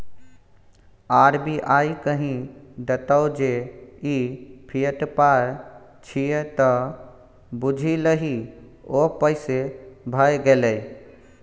RBI कहि देतौ जे ई फिएट पाय छियै त बुझि लही ओ पैसे भए गेलै